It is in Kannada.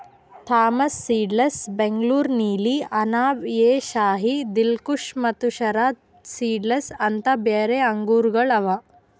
ಥಾಂಪ್ಸನ್ ಸೀಡ್ಲೆಸ್, ಬೆಂಗಳೂರು ನೀಲಿ, ಅನಾಬ್ ಎ ಶಾಹಿ, ದಿಲ್ಖುಷ ಮತ್ತ ಶರದ್ ಸೀಡ್ಲೆಸ್ ಅಂತ್ ಬ್ಯಾರೆ ಆಂಗೂರಗೊಳ್ ಅವಾ